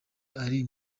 ari